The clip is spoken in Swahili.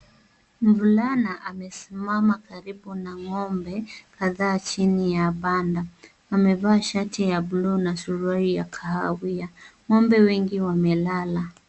Mvulana amesimama karibu na ng'ombe kadhaa chini ya banda. Amevaa shati ya bluu na suruali ya kahawia. Ng'ombe wengi wamelala.